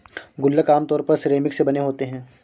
गुल्लक आमतौर पर सिरेमिक से बने होते हैं